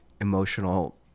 emotional